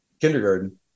kindergarten